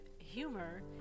humor